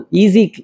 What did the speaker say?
easy